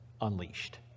Unleashed